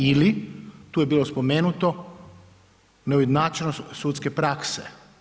Ili, tu je bilo spomenuto neujednačenost sudske prakse.